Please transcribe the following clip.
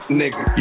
nigga